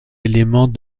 éléments